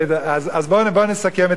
אז בוא נסכם את העניין.